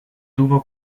tuvo